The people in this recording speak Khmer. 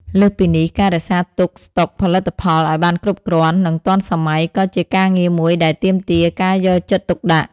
លើសពីនេះ ការរក្សាទុកស្តុកផលិតផលឱ្យបានគ្រប់គ្រាន់ និងទាន់សម័យក៏ជាការងារមួយដែលទាមទារការយកចិត្តទុកដាក់។